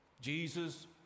Jesus